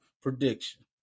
prediction